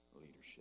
leadership